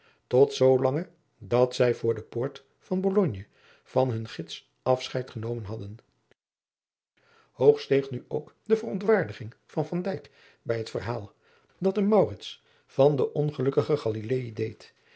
tot zoolange dat zij voor de poort van bologne van hunn gids afscheid genomen hadden hoog steeg nu ook de verontwaardiging van van dijk bij het verhaal dat hem maurits van den ongelukkigen